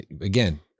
again